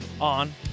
on